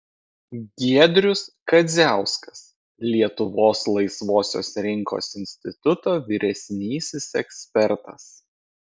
giedrius kadziauskas lietuvos laisvosios rinkos instituto vyresnysis ekspertas